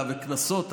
וכנסות,